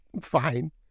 Fine